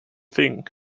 thing